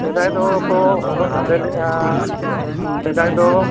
ᱥᱮᱫᱟᱭ ᱫᱚᱠᱚ ᱦᱚᱨᱚᱜ ᱵᱟᱸᱫᱮ ᱞᱮᱜᱼᱟ ᱥᱮᱫᱟᱭ ᱫᱚ